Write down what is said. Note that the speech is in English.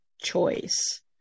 choice